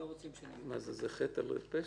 רוצים שאני --- מה זה, חטא על פשע,